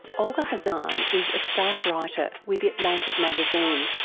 olga khazan is a staff writer with the atlantic magazine.